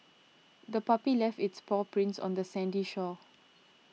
the puppy left its paw prints on the sandy shore